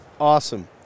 awesome